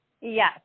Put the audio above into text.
Yes